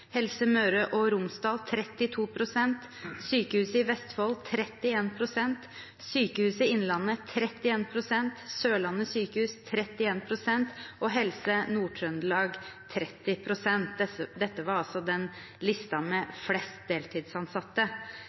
Helse Møre og Romsdal 32 pst., Sykehuset i Vestfold 31 pst., Sykehuset Innlandet 31 pst., Sørlandet sykehus 31 pst. og Helse Nord-Trøndelag 30 pst. Dette var altså lista over dem som har flest deltidsansatte.